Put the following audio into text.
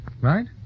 right